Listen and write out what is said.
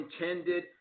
intended